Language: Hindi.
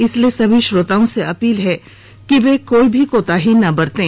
इसलिए सभी श्रोताओं से अपील है कि कोई भी कोताही ना बरतें